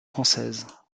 française